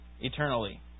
eternally